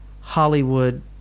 Hollywood